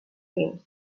fins